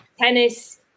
tennis